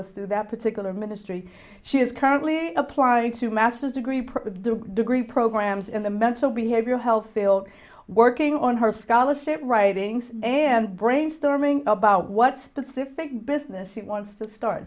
was through that particular ministry she is currently applying to master's degree part of the degree programs in the mental behavioral health field working on her scholarship writings and brainstorming about what specific business she wants to start